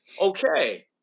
Okay